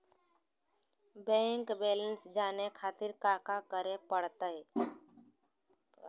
Bank balance जाने खातिर काका करे पड़तई?